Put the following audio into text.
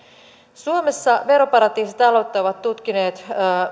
suomessa veroparatiisitaloutta ovat tutkineet